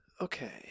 Okay